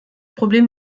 problem